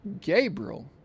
Gabriel